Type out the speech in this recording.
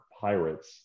Pirates